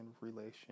relation